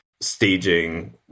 staging